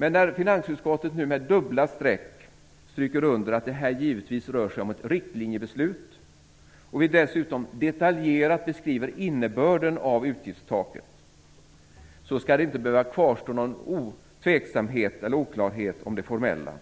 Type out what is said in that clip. Men när finansutskottet nu med dubbla streck stryker under att detta givetvis rör sig om ett riktlinjebeslut och vi dessutom detaljerat beskriver innebörden av utgiftstaket, skall det inte behöva kvarstå någon tveksamhet eller oklarhet om det formella.